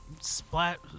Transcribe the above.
splat